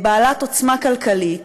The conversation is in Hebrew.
בעלת עוצמה כלכלית,